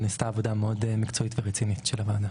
נעשתה עבודה מקצועית ורצינית מאוד של הוועדה.